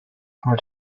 for